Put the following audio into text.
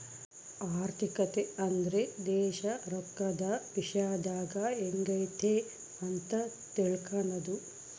ಆರ್ಥಿಕತೆ ಅಂದ್ರೆ ದೇಶ ರೊಕ್ಕದ ವಿಶ್ಯದಾಗ ಎಂಗೈತೆ ಅಂತ ತಿಳ್ಕನದು